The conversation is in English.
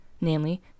namely